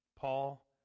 Paul